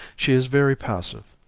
she is very passive.